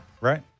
Right